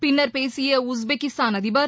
பின்னர் பேசிய உஸ்பெகிஸ்தான் அதிபர்